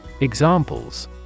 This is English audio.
Examples